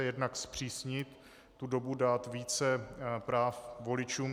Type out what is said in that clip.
Jednak zpřísnit dobu, dát více práv voličům.